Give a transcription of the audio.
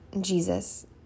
Jesus